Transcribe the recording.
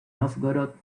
nóvgorod